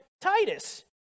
titus